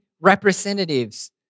representatives